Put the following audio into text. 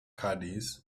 caddies